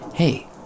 Hey